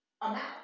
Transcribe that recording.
amount